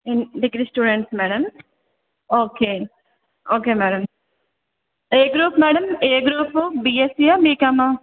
ఇంట్ degree students madam okay okay madam ఏ group madam ఏ గ్రూప్ బీఎస్సీయా బీకామా